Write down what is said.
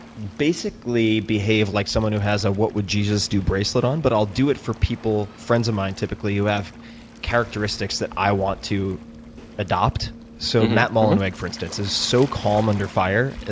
basically behavior like someone who has a what would jesus do bracelet on, but i'll do it for people friends of mine, typically who have characteristics that i want to adopt. so matt mullenweg, for instance, is so calm under fire.